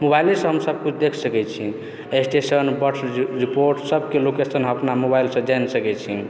मोबाइलेसँ हम सबकिछु देखि सकैत छियै स्टेशन बर्थ रिपोर्ट सब किछु अपना मोबाइलसँ जानि सकैत छी